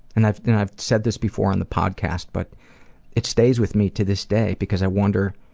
and i've i've said this before on the podcast but it stays with me to this day because i wonder